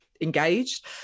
engaged